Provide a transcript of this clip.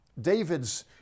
David's